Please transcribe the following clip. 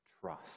trust